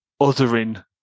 othering